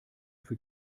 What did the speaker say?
für